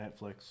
Netflix